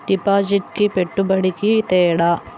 డిపాజిట్కి పెట్టుబడికి తేడా?